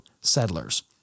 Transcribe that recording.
settlers